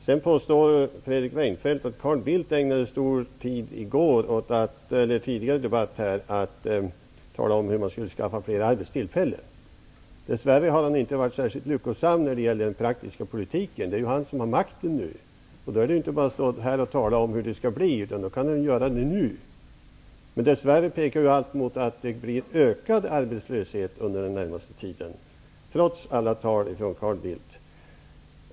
Sedan påstår Fredrik Reinfeldt att Carl Bildt ägnade lång tid i en tidigare debatt åt att tala om hur man skulle skaffa fler arbetstillfällen. Dess värre har han inte varit särskilt lyckosam när det gäller den praktiska politiken. Det är ju han som har makten nu. Då behöver han inte bara stå här och tala om hur det skall bli, utan då kan han ju göra det också. Men dess värre pekar allt på att arbetslösheten ökar under den närmaste tiden, trots alla tal av Carl Bildt.